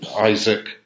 Isaac